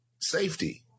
safety